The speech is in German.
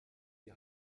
die